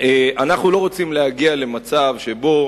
אנחנו לא רוצים להגיע למצב שבו